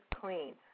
clean